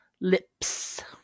Lips